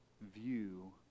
view